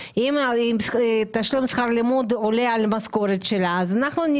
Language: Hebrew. ונגיע לזה ששכר הלימוד באותו גן או פעוטון יהיה גבוה יותר מאשר